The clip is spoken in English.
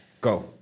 go